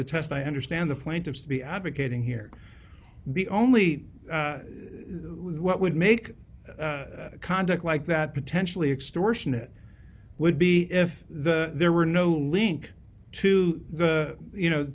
the test i understand the plaintiffs to be advocating here be only what would make conduct like that potentially extortion it would be if the there were no link to the you know